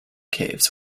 caves